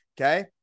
Okay